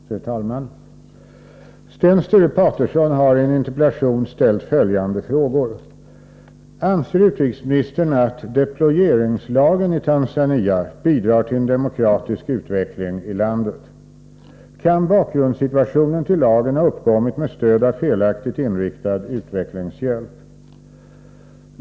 Fru talman! Sten Sture Paterson har i en interpellation ställt följande frågor: Anser utrikesministern att deployeringslagen i Tanzania bidrar till en demokratisk utveckling i landet? Kan bakgrundssituationen till lagen ha uppkommit med stöd av felaktigt inriktad utvecklingshjälp?